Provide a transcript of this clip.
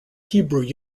hebrew